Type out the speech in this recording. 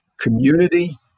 Community